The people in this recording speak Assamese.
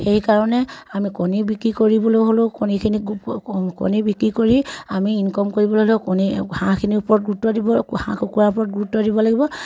সেইকাৰণে আমি কণী বিক্ৰী কৰিবলৈ হ'লেও কণীখিনি কণী বিক্ৰী কৰি আমি ইনকম কৰিবলৈ হ'লেও কণী হাঁহখিনিৰ ওপৰত গুৰুত্ব দিব হাঁহ কুকুৰাৰ ওপৰত গুৰুত্ব দিব লাগিব